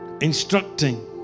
instructing